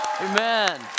Amen